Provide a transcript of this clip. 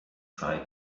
try